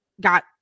got